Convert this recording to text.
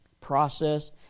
process